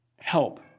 help